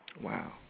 Wow